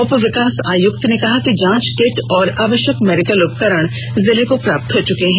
उप विकास आयुक्त ने कहा कि जांच किट एवं आवश्यक मेडिकल उपकरण जिले को प्राप्त हो चुका है